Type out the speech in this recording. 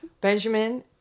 Benjamin